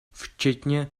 včetně